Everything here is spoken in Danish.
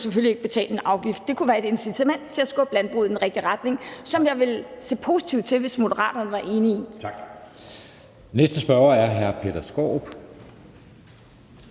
selvfølgelig ikke betale en afgift. Det kunne være et incitament til at skubbe landbruget i den rigtige retning, som jeg ville se positivt på, hvis Moderaterne var enige i det. Kl. 13:40 Anden